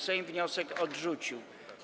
Sejm wniosek odrzucił.